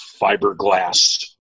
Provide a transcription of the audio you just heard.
fiberglass